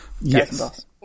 Yes